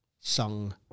song